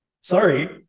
sorry